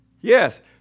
Yes